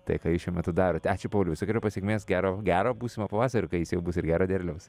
tai ką jūs šiuo metu darot ačiū pauliau visokeriopos sėkmės gero gero būsimo pavasario kai jis jau bus ir gero derliaus